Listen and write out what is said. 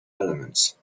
elements